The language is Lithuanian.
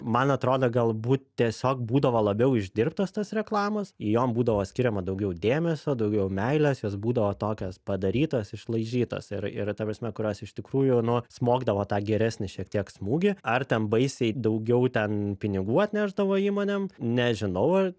man atrodo galbūt tiesiog būdavo labiau išdirbtos tos reklamos jom būdavo skiriama daugiau dėmesio daugiau meilės jos būdavo tokios padarytos išlaižytos ir ir ta prasme kurios iš tikrųjų nu smogdavo tą geresnį šiek tiek smūgį ar ten baisiai daugiau ten pinigų atnešdavo įmonėm nežinau